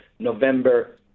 November